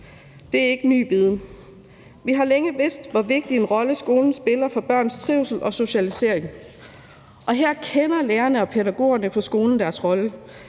Det er ikke ny viden. Vi har længe vidst, hvor vigtig en rolle skolen spiller for børns trivsel og socialisering. Og her kender lærerne og pædagogerne på skolen deres rolle.